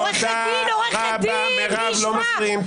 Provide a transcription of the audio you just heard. עורכת דין, עורכת דין מי ישמע?